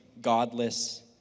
godless